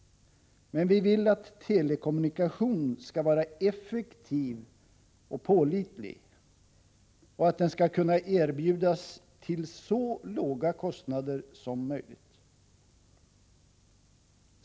Men vi vill att telekommunikation skall vara effektiv och pålitlig och kunna erbjudas till så låga kostnader som möjligt.